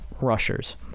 rushers